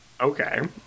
Okay